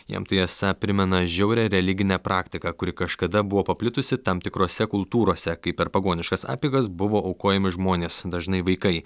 jam tai esą primena žiaurią religinę praktiką kuri kažkada buvo paplitusi tam tikrose kultūrose kaip per pagoniškas apeigas buvo aukojami žmonės dažnai vaikai